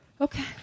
Okay